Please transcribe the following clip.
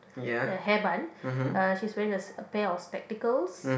a hair bun uh she is wearing a pair of spectacles